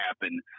happen